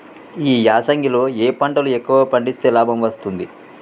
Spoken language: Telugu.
ఈ యాసంగి లో ఏ పంటలు ఎక్కువగా పండిస్తే లాభం వస్తుంది?